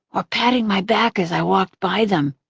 or patting my back as i walked by them.